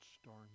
storm